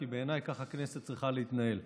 כי בעיניי כך הכנסת צריכה להתנהל.